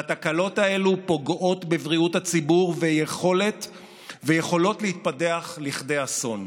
והתקלות האלה פוגעות בבריאות הציבור ויכולות להתפתח לכדי אסון.